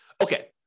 Okay